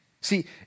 See